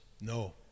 No